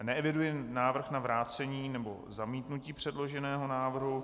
Neeviduji návrh na vrácení nebo zamítnutí předloženého návrhu.